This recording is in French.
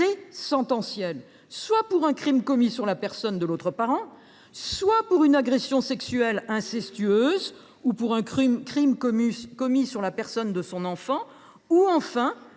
présentencielle, soit pour un crime commis sur la personne de l’autre parent, soit pour une agression sexuelle incestueuse ou pour un crime commis sur la personne de son enfant, soit enfin